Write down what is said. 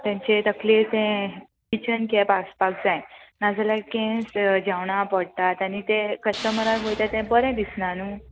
तेंचे तकले ते किचन कॅप आसपाक जाय नाजाल्यार केंस जेवणां पडटात आनी ते कस्टमराक वयता ते बरें दिसना न्हू